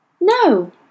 No